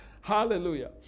Hallelujah